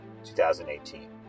2018